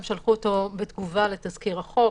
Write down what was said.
הם שלחו אותו בתגובה לתזכיר החוק,